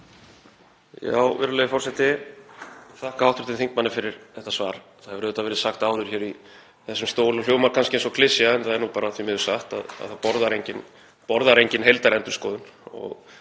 Virðulegi forseti. Ég þakka hv. þingmanni fyrir þetta svar. Það hefur auðvitað verið sagt áður hér í þessum stól og hljómar kannski eins og klisja en það er nú bara það sem ég hef sagt; það borðar enginn heildarendurskoðun